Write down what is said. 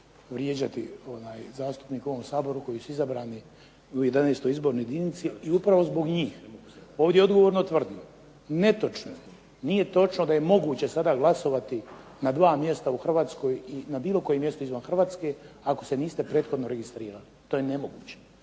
vrijeđati zastupnike u ovom Saboru koji su izabrani u 11. izbornoj jedinici i upravo zbog njih odgovorno tvrdim netočno je, nije točno da je moguće sada glasovati na dva mjesta u Hrvatskoj i na bilo kojem mjestu izvan Hrvatske ako se niste prethodno registrirali. To je nemoguće.